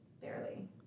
Barely